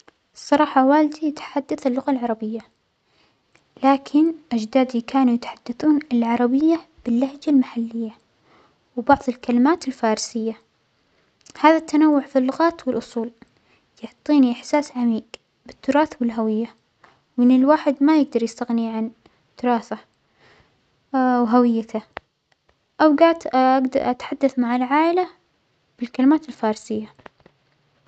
الصراحة والدى يتحدث اللغة العربية، لكن أجدادى كانوا يتحدثون العربية باللهجة المحلية وبعظ الكلمات الفارسية، هذا التنوع في اللغات والأصول يعطينى إحساس عميج بالتراث والهوية وإن الواحد ما يجدر يستغنى عن تراثه وهويته، أوجات أق-أتحدث مع العائلة بالكلمات الفارسية.